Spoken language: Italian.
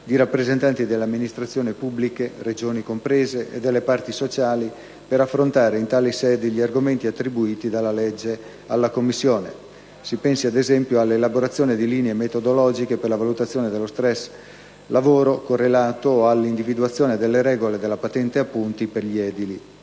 di rappresentanti delle amministrazioni pubbliche, Regioni comprese, e delle parti sociali, per affrontare in tali sedi gli argomenti attribuiti dalla legge alla Commissione. Si pensi, ad esempio, alla elaborazione di linee metodologiche per la valutazione dello stress lavoro-correlato o alla individuazione delle regole della patente a punti per gli edili.